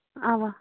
اَوا